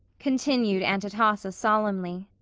continued aunt atossa solemnly,